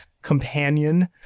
companion